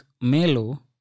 Melo